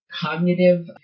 cognitive